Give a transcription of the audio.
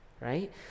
right